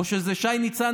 או שזה שי ניצן,